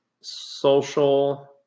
social